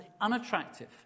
unattractive